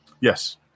Yes